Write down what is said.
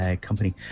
company